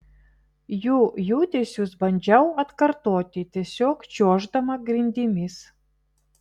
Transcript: jų judesius bandžiau atkartoti tiesiog čiuoždama grindimis